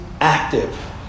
active